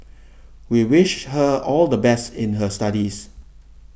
we wish her all the best in her studies